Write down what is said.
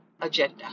agenda